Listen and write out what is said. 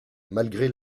malgré